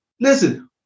listen